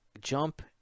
jump